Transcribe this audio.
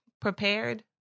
prepared